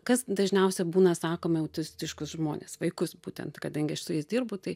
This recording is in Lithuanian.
kas dažniausiai būna sakome autistiškus žmones vaikus būtent kadangi aš su jais dirbu tai